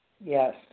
Yes